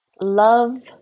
Love